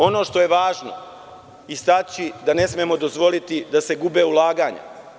Ono što je važno istaći da ne smemo dozvoliti da se gube ulaganja.